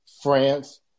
France